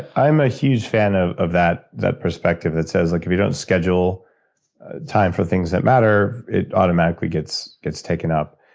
i'm a huge fan of of that that perspective that says, like if you don't schedule time for things that matter, it automatically gets gets taken up.